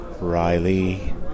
Riley